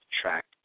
track